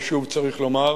או שוב צריך לומר,